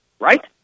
Right